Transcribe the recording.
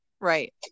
Right